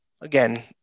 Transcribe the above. Again